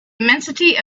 immensity